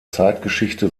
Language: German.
zeitgeschichte